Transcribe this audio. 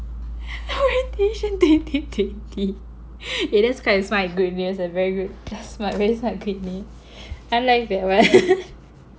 orientation twenty twenty eh that's quite sma~ a good news a very good smart a very smart I like that one